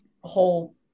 whole